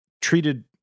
treated